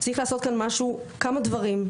צריך לעשות כאן כמה דברים.